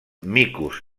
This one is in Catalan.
micos